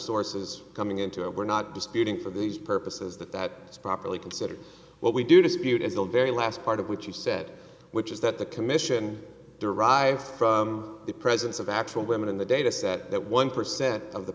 sources coming into it we're not disputing for these purposes that that is properly considered what we do dispute is the very last part of what you said which is that the commission derived from the presence of actual women in the dataset that one percent of the